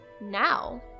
now